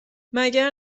مگر